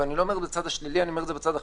ואני לא אומר את זה לצד השלילי אלא בצד החיובי,